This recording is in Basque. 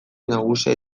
nagusia